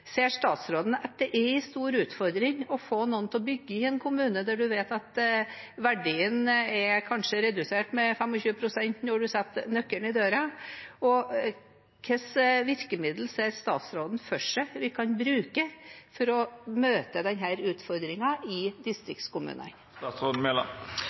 Ser statsråden at det er en stor utfordring å få noen til å bygge i en kommune der en vet at verdien kanskje er redusert med 25 pst. når en setter nøkkelen i døra? Og hvilke virkemidler ser statsråden for seg at vi kan bruke for å møte denne utfordringen i